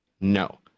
No